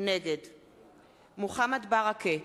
נגד מוחמד ברכה,